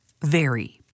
vary